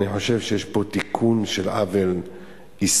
אני חושב שיש כאן תיקון של עוול היסטורי,